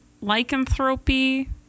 lycanthropy